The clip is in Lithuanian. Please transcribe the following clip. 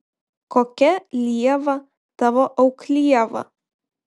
kokia lieva tavo auklieva